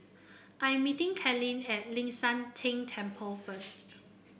I'm meeting Kalene at Ling San Teng Temple first